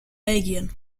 belgien